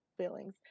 feelings